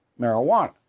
marijuana